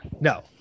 No